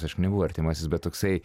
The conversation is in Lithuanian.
aš nebuvau artimasis bet toksai